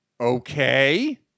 Okay